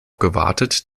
gewartet